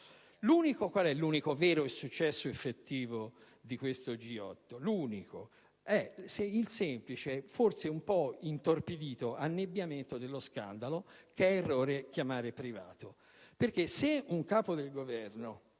niente. L'unico vero successo effettivo di questo G8 è il semplice, forse un po' intorpidito, annebbiamento dello scandalo, che è errore chiamare privato: infatti, se un Capo del Governo